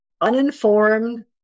uninformed